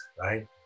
right